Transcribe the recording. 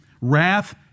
wrath